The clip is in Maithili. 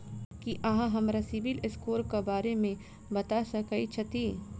की अहाँ हमरा सिबिल स्कोर क बारे मे बता सकइत छथि?